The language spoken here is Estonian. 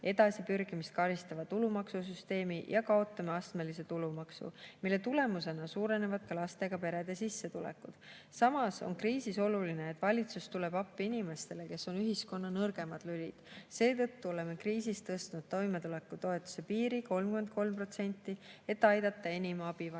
edasipürgimist karistava tulumaksusüsteemi ja kaotame astmelise tulumaksu, mille tulemusena suurenevad ka lastega perede sissetulekud. Samas on kriisis oluline, et valitsus tuleb appi inimestele, kes on ühiskonna nõrgemad lülid. Seetõttu oleme kriisis tõstnud toimetulekutoetuse piiri 33%, et aidata enim abi vajavaid